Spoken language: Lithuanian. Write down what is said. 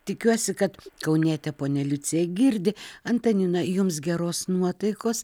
tikiuosi kad kaunietė ponia liucija girdi antanina jums geros nuotaikos